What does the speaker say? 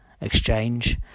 exchange